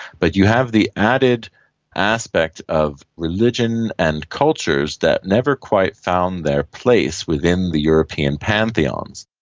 but you have the added aspect of religion and cultures that never quite found their place within the european pantheons.